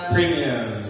Premium